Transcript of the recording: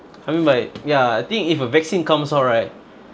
I mean by ya I think if a vaccine comes out right